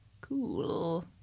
Cool